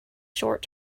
short